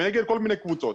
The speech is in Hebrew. נגד כל מיני קבוצות,